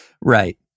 Right